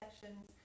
sessions